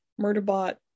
Murderbot